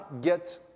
get